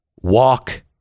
walk